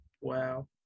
wow